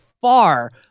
far